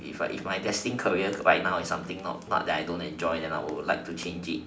if if my destined career by now is something not not that I don't enjoy then I would like to change it